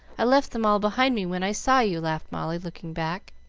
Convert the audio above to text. i left them all behind me when i saw you, laughed molly, looking back.